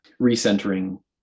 recentering